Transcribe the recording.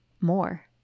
more